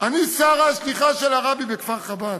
אני שרה, שליחה של הרבי בכפר-חב"ד,